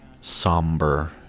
somber